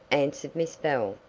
answered miss bell.